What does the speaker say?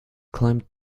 climbed